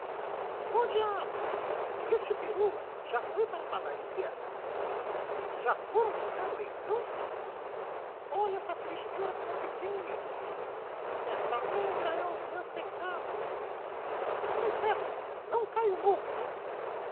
o diabo este pei ú já foi para a padaria jà foram buscar o leitão olha esta frigideira que não se queime esta negra é os meus peccados que inferno não caio noutra